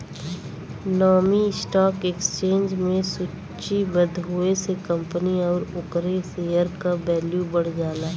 नामी stock exchange में सूचीबद्ध होये से कंपनी आउर ओकरे शेयर क वैल्यू बढ़ जाला